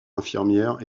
infirmières